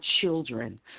children